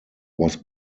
was